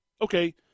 okay